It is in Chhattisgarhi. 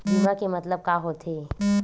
बीमा के मतलब का होथे?